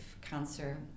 cancer